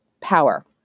power